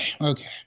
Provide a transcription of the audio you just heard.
Okay